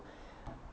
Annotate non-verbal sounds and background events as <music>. <breath>